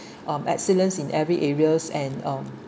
uh excellence in every areas and um